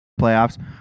playoffs